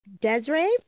Desiree